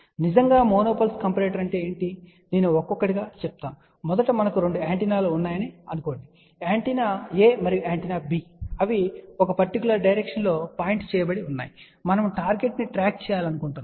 నిజంగా monopulse comparator అంటే ఏమిటి నేను ఒక్కొక్కటిగా వెళ్తాను మొదట మనకు రెండు యాంటెనాలు ఉన్నాయని ఆలోచించండి యాంటెన్నా A మరియు యాంటెన్నా B మరియు అవి ఒక పర్టిక్యులర్ డైరెక్షన్ లో పాయింట్ చేయబడి ఉన్నాయి మరియు మనము టార్గెట్ ను ట్రాక్ చేయాలనుకుంటున్నాము